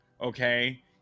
Okay